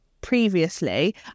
previously